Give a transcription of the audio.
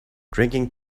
drinking